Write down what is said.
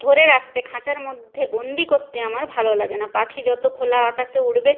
ধরে রাখতে খাঁচার মধ্যে বন্দি করতে আমার ভালো লাগে না পাখি যত খোলা আকাশে উড়বে